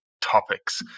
topics